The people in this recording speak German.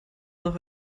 noch